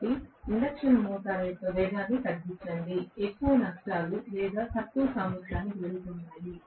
కాబట్టి induction motor యొక్క వేగాన్ని తగ్గించండి ఎక్కువ నష్టాలు లేదా తక్కువ సామర్థ్యానికి వెళుతున్నాయి